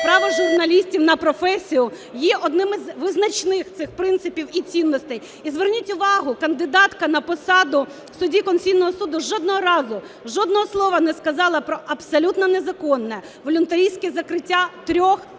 право журналістів на професію є одним із визначних цих принципів і цінностей. І зверніть увагу, кандидатка на посаду судді Конституційного Суду жодного разу жодного слова не сказала про абсолютно незаконне волюнтаристське закриття трьох телеканалів.